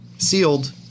sealed